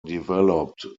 developed